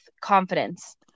confidence